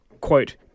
quote